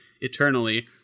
eternally